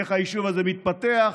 איך היישוב הזה מתפתח,